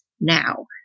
now